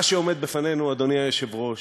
מה שעומד בפנינו, אדוני היושב-ראש,